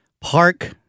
park